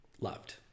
loved